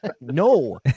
No